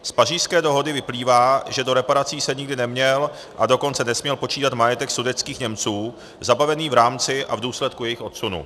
Z Pařížské dohody vyplývá, že do reparací se nikdy neměl, a dokonce nesměl počítat majetek sudetských Němců zabavený v rámci a v důsledku jejich odsunu.